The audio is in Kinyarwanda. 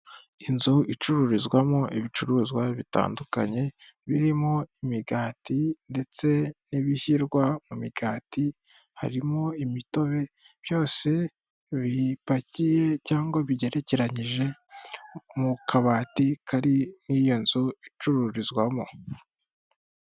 Inzu icururizwamo ibicuruzwa bitandukanye birimo imigati ndetse n'ibishyirwa mu migati, harimo imitobe, byose bipakiye cyangwa bigerekeranyije mu kabati kari mu iyo nzu icururizwamo.